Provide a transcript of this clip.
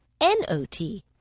N-O-T